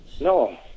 No